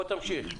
תמשיך.